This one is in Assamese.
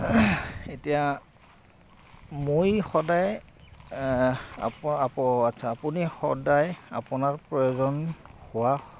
এতিয়া মই সদায় আচ্চা আপুনি সদায় আপোনাৰ প্ৰয়োজন হোৱা